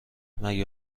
مگه